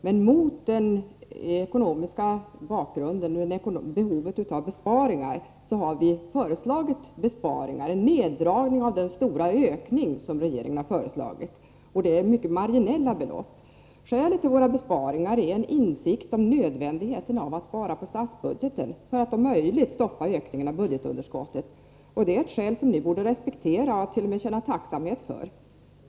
Men mot den nuvarande ekonomiska bakgrunden och med tanke på behovet av besparingar har vi föreslagit besparingar, dvs. en neddragning av den stora anslagsökning som regeringen har föreslagit. Skälet till att vi vill göra besparingar — det är mycket marginella belopp — är insikten om nödvändigheten att spara på statsbudgeten för att om möjligt stoppa ökningen av budgetunderskottet. Det är ett skäl som ni borde respektera och t.o.m. känna tacksamhet för.